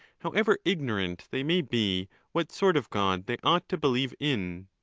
however ignorant they may be what sort of god they ought to believe in.